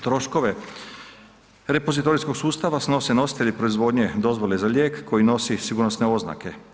Troškove repozitorijskog sustava snose nositelji proizvodnje dozvole za lijek koji nosi sigurnosne oznake.